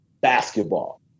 basketball